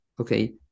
Okay